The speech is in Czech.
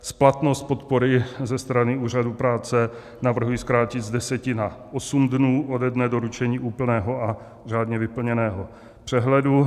Splatnost podpory ze strany úřadu práce navrhuji zkrátit z 10 na 8 dnů ode dne doručení úplného a řádně vyplněného přehledu.